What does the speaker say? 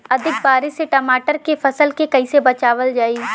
अधिक बारिश से टमाटर के फसल के कइसे बचावल जाई?